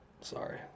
Sorry